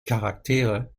charaktere